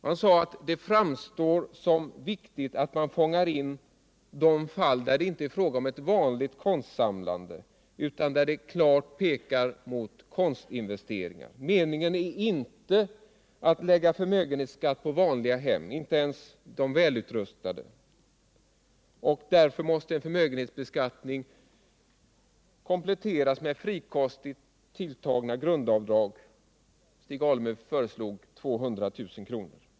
Han sade att det framstår som viktigt att man fångar in de fall där det inte är fråga om ett vanligt konstsamlande, utan där det klart pekar mot konstinvesteringar. Meningen är inte att lägga förmögenhetsskatt på vanliga hem, inte ens de välutrustade. Därför måste förmögenhetsbeskattningen kompletteras med frikostigt tilltagna grundavdrag. Stig Alemyr föreslog 200 000 kr.